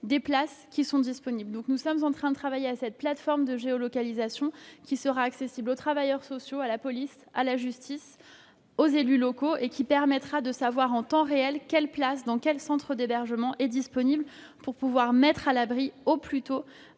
des places qui sont disponibles. Nous sommes donc en train de travailler à cette plateforme de géolocalisation, qui sera accessible aux travailleurs sociaux, à la police, à la justice, aux élus locaux et qui permettra de savoir en temps réel le nombre de places disponibles dans tel centre d'hébergement. L'objectif est de pouvoir mettre au plus tôt